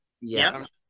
yes